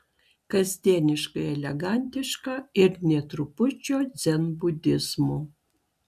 kasdieniškai elegantiška ir nė trupučio dzenbudizmo